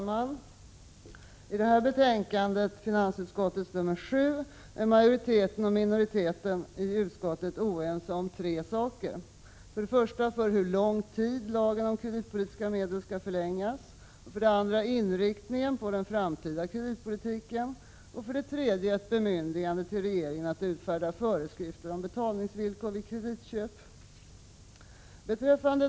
Herr talman! I finansutskottets betänkande 7 är majoriteten och minoriteten oense om tre saker. För det första för hur lång tid lagen om kreditpolitiska medel skall förlängas. För det andra om inriktningen på den framtida kreditpolitiken. För det tredje i fråga om ett bemyndigande till regeringen att utfärda föreskrifter om betalningsvillkor vid kreditköp.